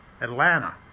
Atlanta